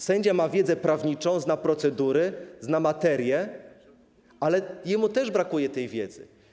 Sędzia ma wiedzę prawniczą, zna procedury, zna materię, ale jemu też brakuje tej wiedzy.